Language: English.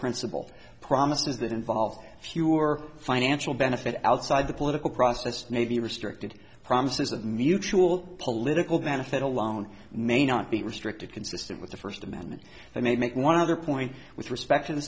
principle promises that involved fewer financial benefit outside the political process may be restricted promises of mutual political benefit alone may not be restrictive consistent with the first amendment that may make one other point with respect to the